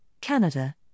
Canada